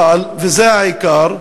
אבל, וזה העיקר,